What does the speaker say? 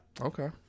Okay